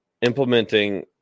implementing